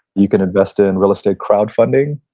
you can invest in real estate crowd funding,